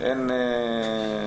צניעות